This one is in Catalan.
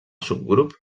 subgrup